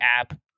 app